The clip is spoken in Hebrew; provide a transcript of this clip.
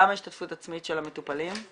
כמה השתתפות עצמית של המטופלים?